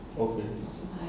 okay